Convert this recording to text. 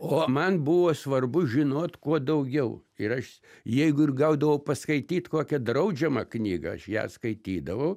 o man buvo svarbu žinot kuo daugiau ir aš jeigu ir gaudavau paskaityt kokią draudžiamą knygą aš ją skaitydavau